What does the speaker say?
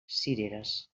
cireres